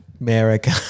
America